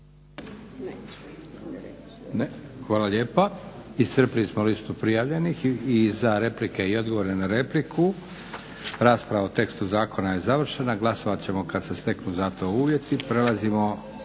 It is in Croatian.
Hvala lijepa. Iscrpili smo listu prijavljenih i za replike i odgovore na repliku. Rasprava o tekstu zakona je završena. Glasovat ćemo kad se steknu za to uvjeti. **Leko,